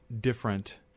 different